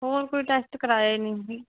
ਹੋਰ ਕੋਈ ਟੈਸਟ ਕਰਵਾਇਆ ਨਹੀਂ ਜੀ